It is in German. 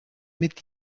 mit